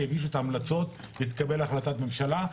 יגישו את ההמלצות ותתקבל החלטת ממשלה.